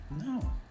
No